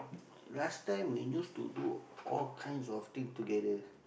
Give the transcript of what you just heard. last time we used to do all kinds of thing together